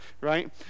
right